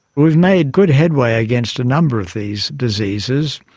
we've made good headway against a number of these diseases,